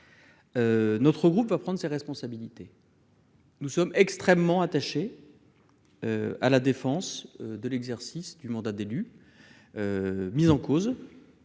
Notre groupe va prendre ses responsabilités. Nous sommes extrêmement attachés à la défense de l'exercice du mandat d'élu, mis en cause